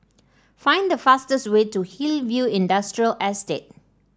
find the fastest way to Hillview Industrial Estate